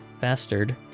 Bastard